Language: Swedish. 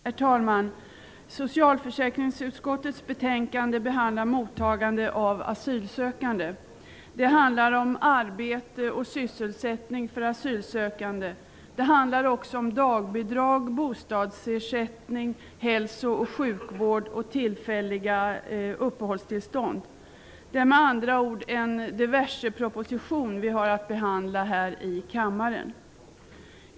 Herr talman! Socialförsäkringsutskottets betänkande behandlar mottagande av asylsökande. Det handlar om arbete och sysselsättning för asylsökande. Det handlar också om dagbidrag, bostadsersättning, hälso och sjukvård och tillfälliga uppehållstillstånd. Det är med andra ord en diverseproposition vi har att behandla här i kammaren.